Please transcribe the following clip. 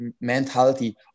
mentality